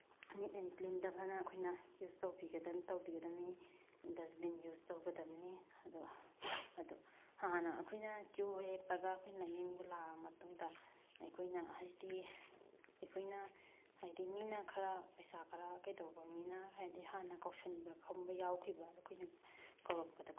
neat and ꯀ꯭ꯂꯤꯟꯗ ꯐꯖꯅ ꯑꯩꯈꯣꯏꯅ ꯌꯨꯁ ꯇꯧꯕꯤꯒꯗꯝꯅꯤ ꯗꯁꯕꯤꯟ ꯌꯨꯁ ꯇꯧꯒꯗꯝꯅꯤ ꯑꯗꯨꯒ ꯑꯗꯨ ꯍꯥꯟꯅ ꯑꯩꯈꯣꯏꯅ ꯀ꯭ꯌꯨ ꯂꯦꯞꯄꯒ ꯑꯩꯈꯣꯏꯅ ꯌꯨꯝꯗ ꯂꯥꯛꯑ ꯃꯇꯨꯡꯗ ꯑꯩꯈꯣꯏꯅ ꯍꯧꯖꯤꯛꯇꯤ ꯑꯩꯈꯣꯏꯅ ꯍꯥꯏꯗꯤ ꯃꯤꯅ ꯈꯔ ꯄꯩꯁꯥ ꯈꯔ ꯀꯩꯗꯧꯕ ꯃꯤꯅ ꯍꯥꯏꯗꯤ ꯍꯥꯟꯅ ꯀꯧꯁꯤꯟꯕꯒꯨꯝꯕ ꯌꯥꯎꯈꯤꯕ ꯑꯩꯈꯣꯏꯅ ꯀꯧꯔꯛꯄꯗꯀꯣ